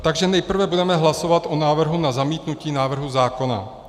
Takže nejprve budeme hlasovat o návrhu na zamítnutí návrhu zákona.